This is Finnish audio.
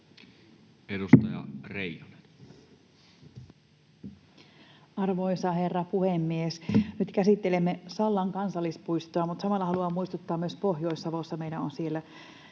16:51 Content: Arvoisa herra puhemies! Nyt käsittelemme Sallan kansallispuistoa, mutta samalla haluan muistuttaa, että meillä